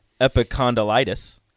epicondylitis